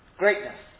greatness